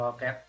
Okay